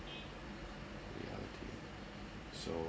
reality so